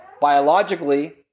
biologically